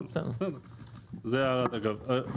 זה הערת אגב,